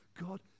god